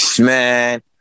man